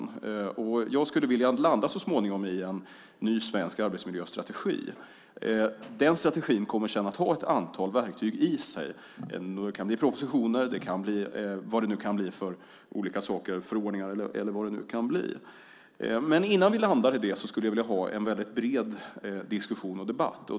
Jag skulle så småningom så att säga landa i en ny svensk arbetsmiljöstrategi. Den strategin kommer sedan att ha ett antal verktyg. Det kan bli propositioner, förordningar och annat. Men innan vi landar i det skulle jag vilja ha en väldigt bred diskussion och debatt.